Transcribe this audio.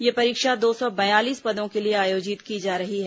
यह परीक्षा दो सौ बयालीस पदों के लिए आयोजित की जा रही है